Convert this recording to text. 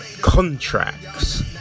Contracts